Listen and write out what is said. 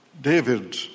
David